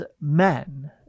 men